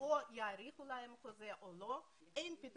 יחד עם זאת,